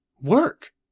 Work